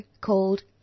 called